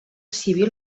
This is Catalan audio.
civil